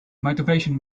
motivation